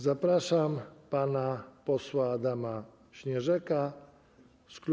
Zapraszam pana posła Adama Śnieżaka.